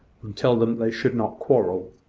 and tell them they should not quarrel.